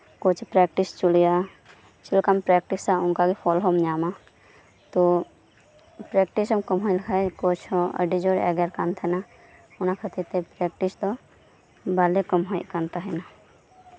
ᱠᱳᱪ ᱮ ᱯᱨᱮᱠᱴᱤᱥ ᱦᱚᱪᱚ ᱞᱮᱭᱟ ᱪᱮᱫ ᱞᱮᱠᱟᱢ ᱯᱨᱮᱠᱴᱤᱥᱟᱼᱟ ᱚᱱᱠᱟ ᱜᱮ ᱯᱷᱚᱞ ᱦᱚᱢ ᱧᱟᱢᱼᱟ ᱛᱳ ᱯᱨᱮᱠᱴᱤᱥ ᱠᱟᱹᱦᱟᱹᱭ ᱞᱮᱠᱷᱟᱱ ᱠᱳᱪ ᱦᱚᱸ ᱟᱹᱰᱤ ᱡᱳᱨᱮ ᱮᱜᱮᱨ ᱠᱟᱱ ᱛᱟᱸᱦᱮᱱᱟ ᱚᱱᱟ ᱠᱷᱟᱹᱛᱤᱨ ᱵᱟᱞᱮ ᱠᱟᱹᱢᱦᱟᱹᱭᱼᱟ